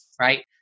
right